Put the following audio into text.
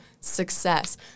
success